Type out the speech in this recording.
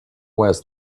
was